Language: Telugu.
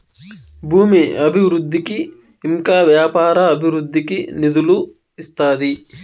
భూమి అభివృద్ధికి ఇంకా వ్యాపార అభివృద్ధికి నిధులు ఇస్తాది